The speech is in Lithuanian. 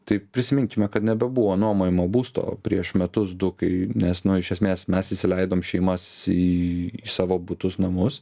tai prisiminkime kad nebebuvo nuomojamo būsto prieš metus du kai nes nu iš esmės mes įsileidom šeimas į savo butus namus